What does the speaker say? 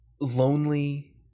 lonely